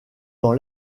dans